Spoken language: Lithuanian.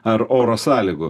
ar oro sąlygų